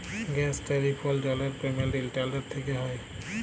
gas, telephone, জলের payment internet থ্যকে হয়